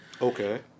Okay